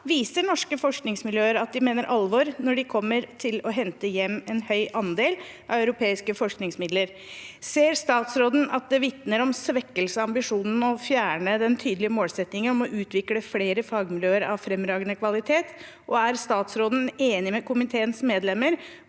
viser norske forskningsmiljøer at de mener alvor når de kommer til å hente hjem en høy andel europeiske forskningsmidler. Ser statsråden at det vitner om svekking av ambisjonene å fjerne den tydelige målsettingen om å utvikle flere fagmiljøer av fremragende kvalitet, og er statsråden enig med komiteens medlemmer